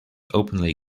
openly